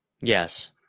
Yes